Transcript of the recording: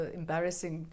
embarrassing